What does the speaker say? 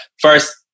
first